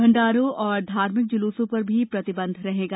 भंण्डारों और धार्मिक जुलूसों पर भी प्रतिबंध रहेगा